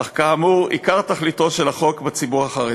אך כאמור עיקר תכליתו של החוק בציבור החרדי.